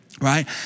right